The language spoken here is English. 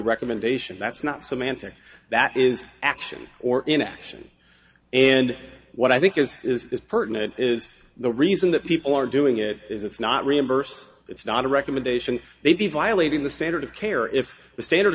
recommendation that's not samantha that is action or inaction and what i think is is is pertinent is the reason that people are doing it it's not reimbursed it's not a recommendation they be violating the standard of care if the standard